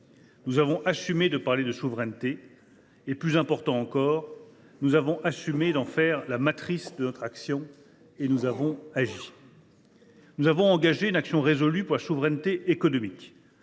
Nous avons assumé de parler de souveraineté ; plus encore, nous avons assumé d’en faire la matrice de notre action, et nous avons agi. « Nous avons engagé une action résolue pour la souveraineté économique,